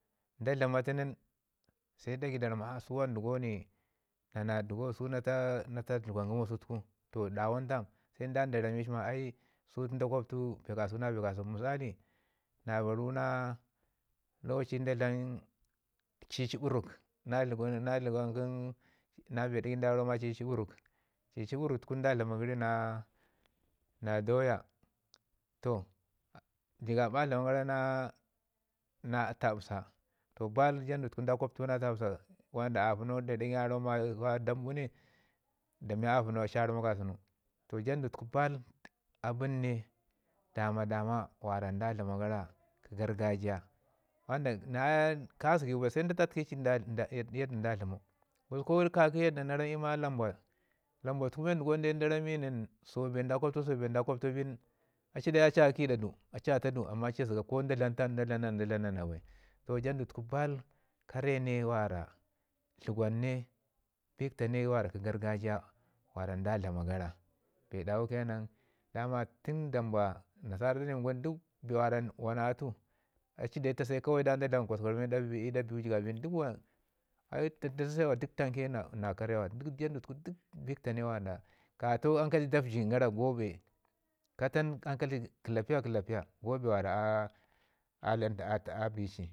da dlama tu nin se ɗagai da ramma na na ɗugo su na taa na taa zada dləgwan kəmo kasau toh dawun tam sai da rami ci ma ai su da gwabtu bee kasau na bee kasau. Misali na baru na lokaci da dlam cici ɓuruk na dləgwan kə bee ɗagai ɗa daurau ma cici buruk, cici buruk tuku da dlama yəri na doya toh jigab a dlama gara na taɗisa toh bal jundau da gwaptau na taɗisa da miya apəno dari daggi nin ma danbu ne da miya apəno a ci a ramau gara kasən toh jandu tuku bau abən n dama- dama kə gargajiya na ka zəgiwu bai sai nda tatə ki yadda da dlamau. Crusku ka ki yadda na ramu ma lamba, lamba tuku men in da rami nin ma so bee da gwabtau so bee da gwabtau bin a ci dai a kiɗa du a ci a taa du amma a li a zəgi ko da dlam tam ko da atam na ko da dlam na na bai. Jandu tuku baal kare ne mara dləgwan ne bik taa na wara kə gargajiya mara da dlama gara bee dawu ke nan ndu dlama gara tun danba nasara da ni wum wana atu a ci dai ta se da dlam kwaskwarima i ɗa biwu, jigab bin duk waa na atu ai duk da ta se waa duk wa na kare wa. Jandu tuku duk biktaa ne wara ka tau ankal ci da vəjin gara ko bee ka taan ankal ci kəlapiya kəlapiya go bee wanda abi ci,